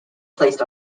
placed